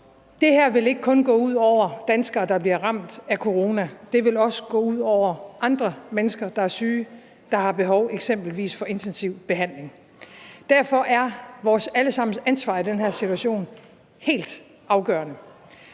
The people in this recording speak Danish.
Det vil ikke kun gå ud over danskere, der bliver ramt af corona. Det vil også gå ud over andre mennesker, der er syge, der har behov for eksempelvis intensiv behandling. Derfor er vores allesammens ansvar for at følge de